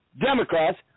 Democrats